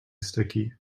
sticky